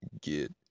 Get